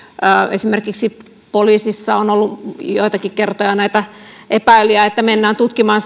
esimerkiksi poliisissa on ollut joitakin kertoja näitä epäilyjä että mennään tutkimaan